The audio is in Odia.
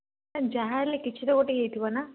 ଏ ଯାହାହେଲେ କିଛି ତ ଗୋଟେ ହେଇ ଥିବ ନା